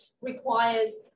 requires